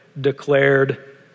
declared